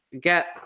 get